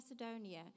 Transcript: Macedonia